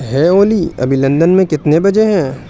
ہے اولی ابھی لندن میں کتنے بجے ہیں